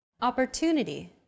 Opportunity